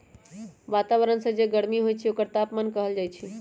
वतावरन में जे गरमी हई ओकरे तापमान कहल जाई छई